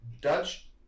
Dutch